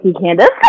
Candace